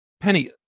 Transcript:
Penny